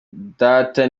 data